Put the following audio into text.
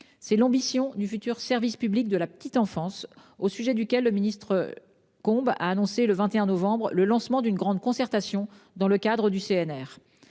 C'est l'ambition du futur service public de la petite enfance, au sujet duquel le ministre Jean-Christophe Combe a annoncé, le 21 novembre dernier, le lancement d'une grande concertation dans le cadre du